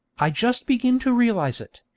i just begin to realize it,